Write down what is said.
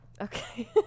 Okay